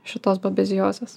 šitos babeziozės